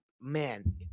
man